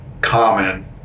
common